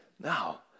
Now